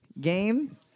game